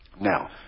Now